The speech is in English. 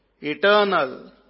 eternal